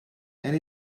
and